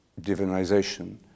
divinization